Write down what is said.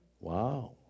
Wow